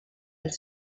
els